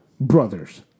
Brothers